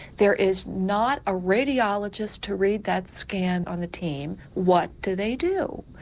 there is not a radiologist to read that scan on the team, what do they do?